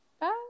Bye